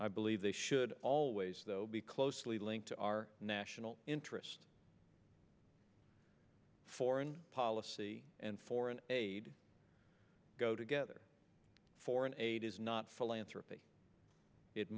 i believe they should always though be closely linked to our national interest foreign policy and foreign aid go together foreign aid is not philanthropies it